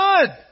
good